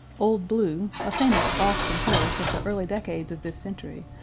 old blue, a famous boston horse of the early decades of this century,